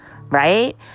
Right